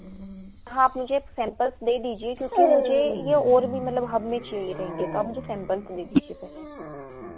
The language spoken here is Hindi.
हाँ आप मुझे सैम्पल्स दे दीजिए क्योंकि मुझे यह और भी मलब हब में चाहिए थे इनके तो आप मुझे सैम्पल्स दे दीजिए पहले